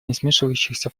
несмешивающихся